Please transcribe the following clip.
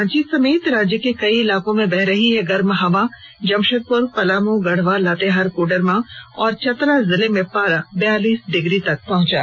रांची समेत राज्य के कई इलाकों में बह रही है गर्म हवा जमशेदपुर पलामू गढ़वा लातेहार कोडरमा और चतरा जिले में पारा बयालीस डिग्री तक पहुंचा